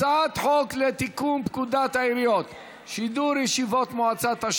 הצעת חוק לתיקון פקודת העיריות (שידור ישיבות מועצה),